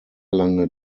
lange